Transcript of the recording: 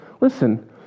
listen